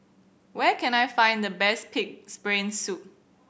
where can I find the best Pig's Brain Soup